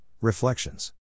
Reflections